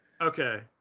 Okay